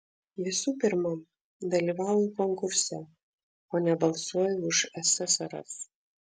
visų pirma dalyvauju konkurse o ne balsuoju už ssrs